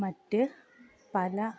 മറ്റ് പല